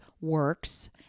works